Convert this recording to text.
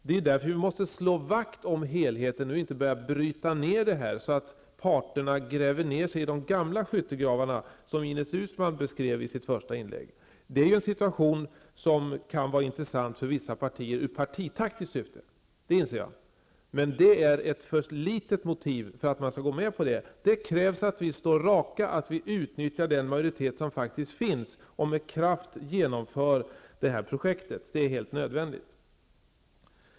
Det är också därför som vi måste slå vakt om helheten. Vi får inte börja bryta ner det hela, så att parterna gräver ner sig i de gamla skyttegravarna. Ines Uusmann beskrev den saken i sitt första inlägg. Partitaktiskt kan den situationen vara intressant för vissa partier -- det inser jag -- men som motiv är det inte tillräckligt för att man skall ansluta sig. Det krävs alltså att vi står raka och utnyttjar den majoritet som faktiskt finns och att vi med kraft genomför det här projektet. Detta är helt nödvändigt.